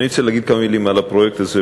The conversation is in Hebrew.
אני רוצה להגיד כמה מילים על הפרויקט הזה,